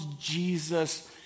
Jesus